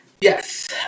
yes